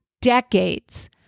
decades